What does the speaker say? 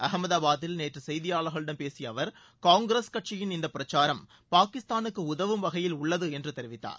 அகமதாபாதில் நேற்று செய்தியாளர்களிடம் பேசிய அவர் காங்கிரஸ் கட்சியின் இந்த பிரச்சாரம் பாகிஸ்தானுக்கு உதவும் வகையில் உள்ளது என்று அவர் தெரிவித்தார்